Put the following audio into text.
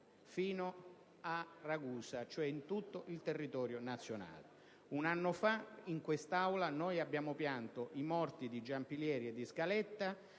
si tratta cioè di tutto il territorio nazionale. Un anno fa in quest'Aula noi abbiamo pianto i morti di Giampilieri e di Scaletta